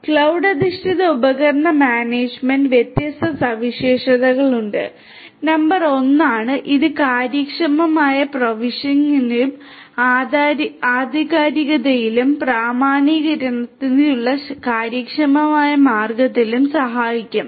cloud അധിഷ്ഠിത ഉപകരണ മാനേജ്മെന്റിന് വ്യത്യസ്ത സവിശേഷതകളുണ്ട് നമ്പർ 1 ആണ് ഇത് കാര്യക്ഷമമായ പ്രൊവിഷനിംഗിലും ആധികാരികതയിലും പ്രാമാണീകരണത്തിനുള്ള കാര്യക്ഷമമായ മാർഗത്തിലും സഹായിക്കും